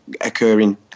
occurring